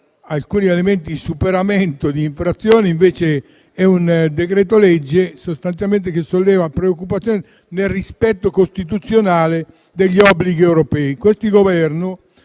alcuni elementi di superamento di infrazioni; invece, è un decreto-legge che sostanzialmente solleva preoccupazioni sul rispetto costituzionale degli obblighi europei.